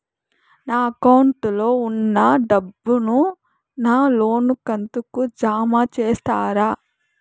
నా అకౌంట్ లో ఉన్న డబ్బును నా లోను కంతు కు జామ చేస్తారా?